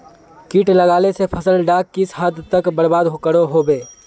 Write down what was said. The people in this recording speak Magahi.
किट लगाले से फसल डाक किस हद तक बर्बाद करो होबे?